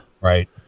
Right